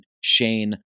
Shane